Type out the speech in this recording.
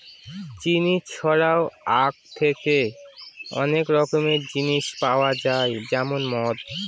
চিনি ছাড়াও আঁখ থেকে অনেক রকমের জিনিস পাওয়া যায় যেমন মদ